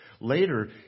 later